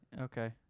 okay